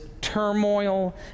turmoil